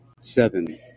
Seven